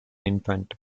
infant